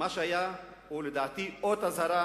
מה שהיה הוא לדעתי אות אזהרה